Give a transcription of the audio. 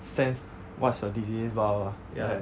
sense what's your disease blah blah blah